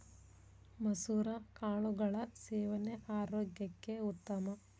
ಮಸುರ ಕಾಳುಗಳ ಸೇವನೆ ಆರೋಗ್ಯಕ್ಕೆ ಉತ್ತಮ